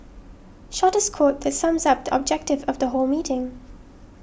shortest quote that sums up the objective of the whole meeting